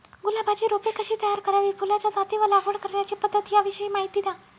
गुलाबाची रोपे कशी तयार करावी? फुलाच्या जाती व लागवड करण्याची पद्धत याविषयी माहिती द्या